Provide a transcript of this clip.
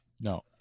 No